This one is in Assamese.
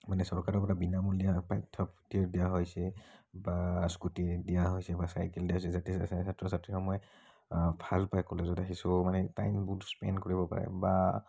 মানে চৰকাৰৰ পৰা বিনামূলীয়া পাঠ্যপুথি দিয়া হৈছে বা স্কুটি দিয়া হৈছে বা চাইকেল দিয়া হৈছে যাতে ছাত্ৰ ছাত্ৰীসমূহে ভাল পাই কলেজত আহি তো সেই ছ' মানে টাইমবোৰ স্পেণ্ড কৰিব পাৰে